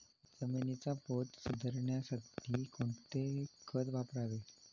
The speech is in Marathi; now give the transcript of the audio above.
जमिनीचा पोत सुधारण्यासाठी कोणते खत वापरावे?